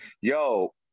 Yo